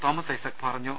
Thomas Isaac പറഞ്ഞു